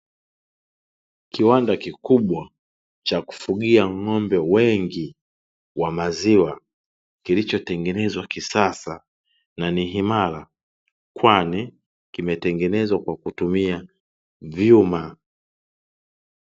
Kiwanda kikubwa cha kufugia ng'ombe wengi wa maziwa, kilichotengenezwa kisasa na ni imara; kwani kimetengenezwa kwa kutumia vyuma.